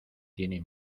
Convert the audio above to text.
tiene